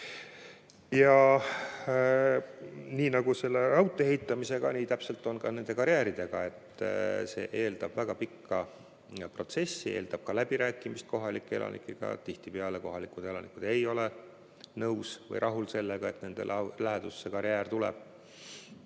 vaja. Nii nagu selle raudtee ehitamisega, nii on täpselt ka nende karjääridega, et see eeldab väga pikka protsessi, eeldab läbirääkimisi kohalike elanikega. Tihtipeale kohalikud elanikud ei ole nõus või rahul sellega, et nende lähedusse karjäär tuleb.